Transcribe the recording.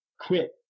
quit